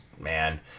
man